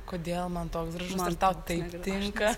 kodėl man toks gražus ir tau taip tinka